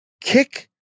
Kick